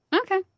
Okay